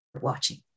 watching